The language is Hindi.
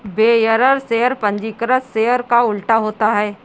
बेयरर शेयर पंजीकृत शेयर का उल्टा होता है